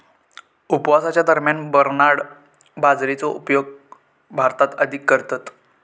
उपवासाच्या दरम्यान बरनार्ड बाजरीचो उपयोग भारतात अधिक करतत